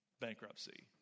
bankruptcy